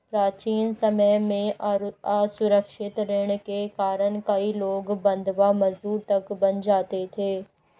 प्राचीन समय में असुरक्षित ऋण के कारण कई लोग बंधवा मजदूर तक बन जाते थे